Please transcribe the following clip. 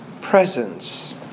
presence